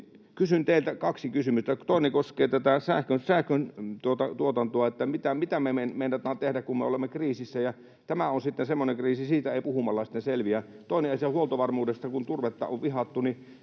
kysyn teiltä kaksi kysymystä, joista toinen koskee tätä sähköntuotantoa: mitä me meinataan tehdä, kun me olemme kriisissä? Ja tämä on sitten semmoinen kriisi, että siitä ei puhumalla sitten selviä. Toinen asia on huoltovarmuudesta: Kun turvetta on vihattu,